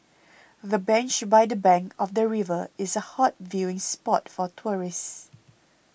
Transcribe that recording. the bench by the bank of the river is a hot viewing spot for tourists